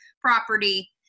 property